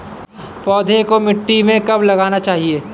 पौधें को मिट्टी में कब लगाना चाहिए?